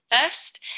first